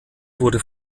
wurde